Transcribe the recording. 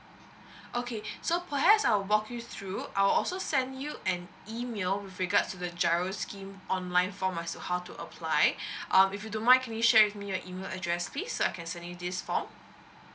okay so perhaps I'll walk you through I'll also send you an email with regards to the G_I_R_O scheme online form on how to apply um if you don't mind can you share with me your email address please so I can send you this form